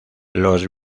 los